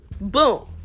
boom